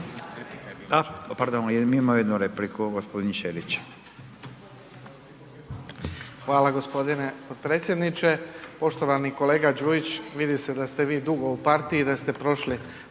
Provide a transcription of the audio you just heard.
A pardon, imamo jednu repliku, gospodin Ćelić. **Ćelić, Ivan (HDZ)** Hvala gospodine potpredsjedniče. Poštovani kolega Đujić, vidi se da ste vi dugo u partiji, da ste prošli